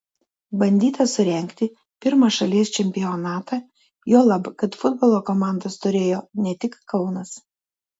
bandyta surengti pirmą šalies čempionatą juolab kad futbolo komandas turėjo ne tik kaunas